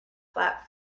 flap